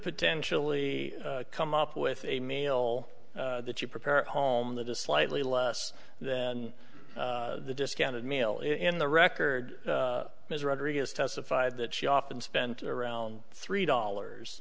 potentially come up with a male that you prepare at home that is slightly less than the discounted meal in the record mr rodriguez testified that she often spent around three dollars